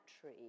tree